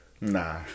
Nah